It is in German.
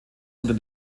unter